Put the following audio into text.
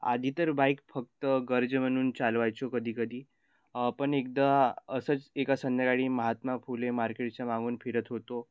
आधी तर बाईक फक्त गरजे म्हणून चालवायचो कधीकधी पण एकदा असंच एका संध्याकाळी महात्मा फुले मार्केटच्या मागून फिरत होतो